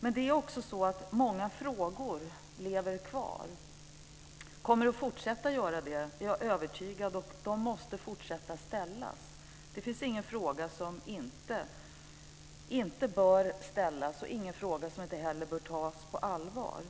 Men det är också så att många frågor lever kvar. Jag är dessutom övertygad om att de kommer att fortsätta att göra det, och man måste fortsätta att ställa dem. Det finns ingen fråga som inte bör ställas och inte heller någon fråga som inte bör tas på allvar.